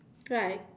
right